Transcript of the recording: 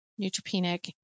neutropenic